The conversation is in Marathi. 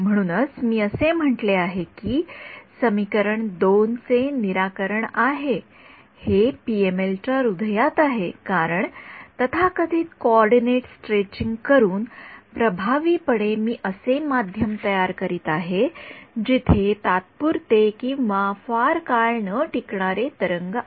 म्हणूनच मी असे म्हटले आहे की हे समीकरण २ चे निराकरण आहे हे पीएमएल च्या हृदयात आहे कारण तथाकथित कोऑर्डिनेट स्ट्रेचिंग करून प्रभावीपणे मी असे माध्यम तयार करीत आहे जिथे तात्पुरते किंवा फार काळ ना टिकणारे तरंग आहेत